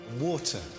Water